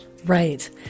right